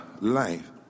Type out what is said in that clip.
life